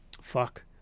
Fuck